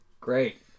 Great